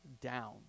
down